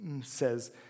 says